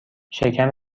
شکم